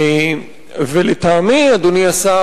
אדוני השר,